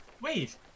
Wait